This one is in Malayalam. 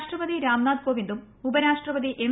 രാഷ്ട്രപതി രാംനാഥ് കോവിന്ദും ഉപരാഷ്ട്രപതി എം